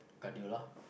cardio lah